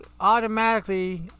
automatically